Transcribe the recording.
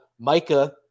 Micah